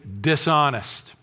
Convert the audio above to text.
dishonest